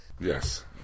Yes